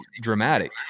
dramatic